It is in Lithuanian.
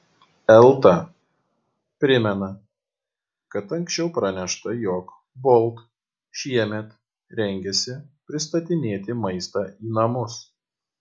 elta primena kad anksčiau pranešta jog bolt šiemet rengiasi pristatinėti maistą į namus